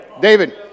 David